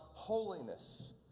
holiness